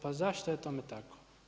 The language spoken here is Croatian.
Pa zašto je tome tako?